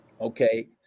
okay